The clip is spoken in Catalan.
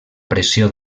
pressió